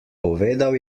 povedal